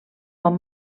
bon